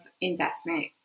investment